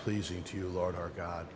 pleasing to you lord our god